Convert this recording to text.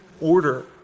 order